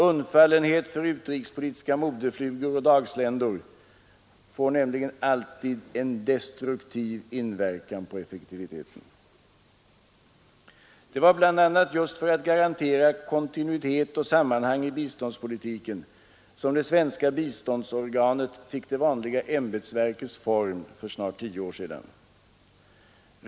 Undfallenhet för utrikespolitiska modeflugor och dagsländor får nämligen alltid en destruktiv inverkan på effektiviteten. Det var bl.a. just för att garantera kontinuitet och sammanhang i biståndspolitiken som det svenska biståndsorganet fick det vanliga ämbetsverkets form för snart tio år sedan.